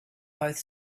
both